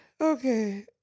Okay